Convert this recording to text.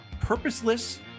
purposeless